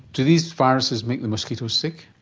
do these viruses make the mosquitoes sick?